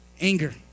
anger